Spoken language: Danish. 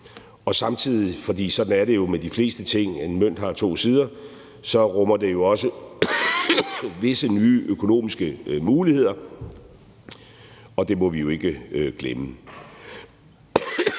også – for sådan er det jo med de fleste ting, og en mønt har to sider – visse nye økonomiske muligheder, og det må vi ikke glemme.